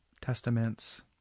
Testaments